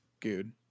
dude